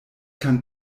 kann